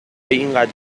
اینقدر